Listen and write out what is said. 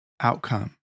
outcome